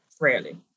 rarely